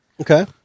Okay